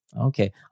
Okay